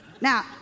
Now